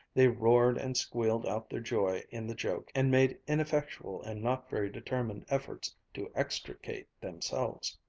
they roared and squealed out their joy in the joke, and made ineffectual and not very determined efforts to extricate themselves.